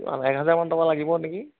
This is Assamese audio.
কিমান এক হাজাৰমান টকা লাগিব নেকি